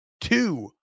two